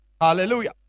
Hallelujah